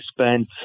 spent